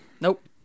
Nope